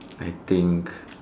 I think